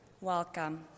Welcome